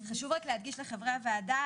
חשוב רק להדגיש לחברי הוועדה,